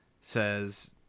says